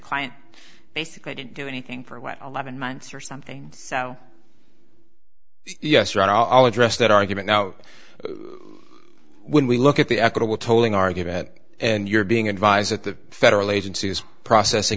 client basically didn't do anything for what eleven months or something so yes right i'll address that argument now when we look at the equitable tolling argue that and you're being advised that the federal agency is processing